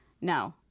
No